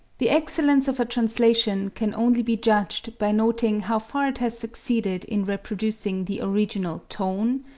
the excellence of a translation can only be judged by noting how far it has succeeded in reproducing the original tone,